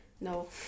No